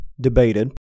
debated